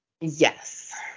Yes